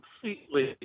completely